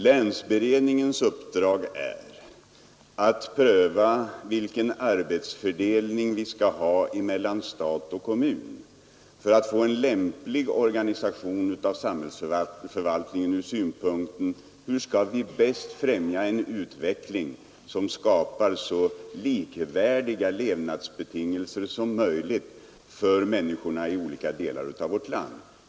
Länsberedningens uppdrag är att pröva vilken arbetsfördelning vi skall ha mellan stat och kommun för att få en lämplig organisation av samhällsförvaltningen från synpunkten hur vi bäst skall främja en utveckling som skapar så likvärdiga levnadsbetingelser som möjligt för människorna i olika delar av vårt land.